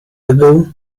ago